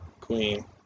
queen